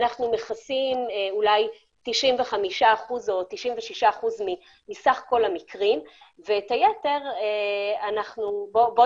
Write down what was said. אנחנו מכסים 96% מסך כל המקרים ואת היתר נשמור,